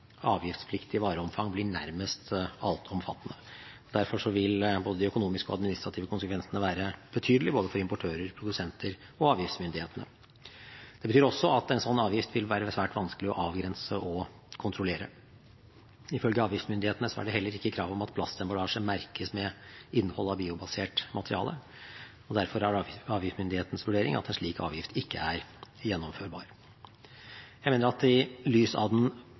avgiftspliktig vareomfang blir nærmest altomfattende. Derfor vil de økonomiske og administrative konsekvensene være betydelige for både importører, produsenter og avgiftsmyndigheter. Det betyr også at en slik avgift vil være svært vanskelig å avgrense og kontrollere. Ifølge avgiftsmyndighetene er det heller ikke krav om at plastemballasje merkes med innhold av biobasert materiale, og derfor er avgiftsmyndighetens vurdering at en slik avgift ikke er gjennomførbar. Jeg mener at i lys av den